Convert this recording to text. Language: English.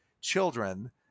children